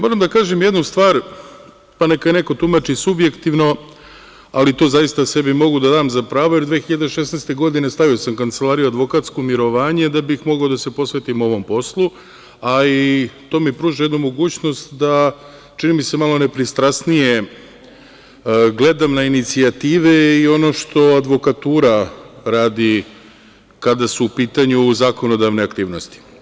Moram da kažem jednu stvar, pa neka neko tumači subjektivno, ali to zaista sebi mogu da dam za pravo, jer 2016. godine stavio sam advokatsku kancelariju u mirovanje da bih mogao da se posvetim ovom poslu, a i to mi pruža jednu mogućnost da, čini mi se, malo nepristrasnije gledam na inicijative i ono što advokatura radi kada su u pitanju zakonodavne aktivnosti.